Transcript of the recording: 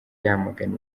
yamagana